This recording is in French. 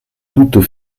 toutes